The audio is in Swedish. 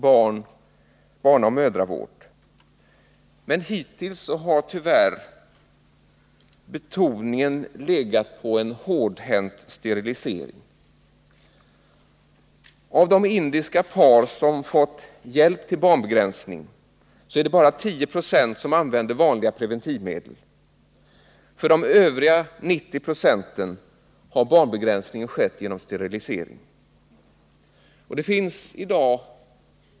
barnaoch mödravård, men hittills har betoningen tyvärr legat på en hårdhänt sterilisering. Av de indiska par som fått hjälp till barnbegränsning är det bara 10 26 som använder vanliga preventivmedel. För övriga 90 96 har barnbegränsningen skett genom sterilisering.